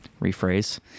Rephrase